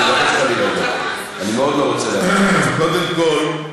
אני מאוד לא רוצה, קודם כול,